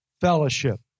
fellowship